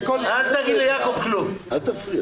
עכשיו גם יצחקו עליו שהנה הם מקבלים